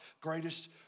greatest